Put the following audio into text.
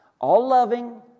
all-loving